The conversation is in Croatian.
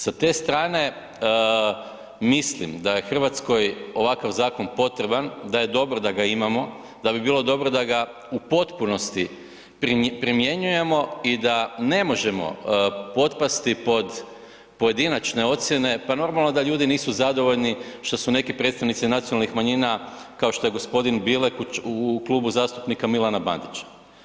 Sa te strane, mislim da je Hrvatskoj ovakav zakon potreban, da je dobro da ga imamo, da bi bilo dobro da ga u potpunosti primjenjujemo i da ne možemo potpasti pod pojedinačne ocjene, pa normalno da ljudi nisu zadovoljni što su neki predstavnici nacionalnih manjina, kao što je g. Bilek u klubu zastupnika Milana Bandića.